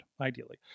ideally